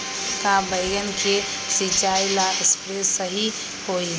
का बैगन के सिचाई ला सप्रे सही होई?